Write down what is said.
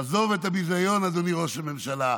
עזוב את הביזיון, אדוני ראש הממשלה,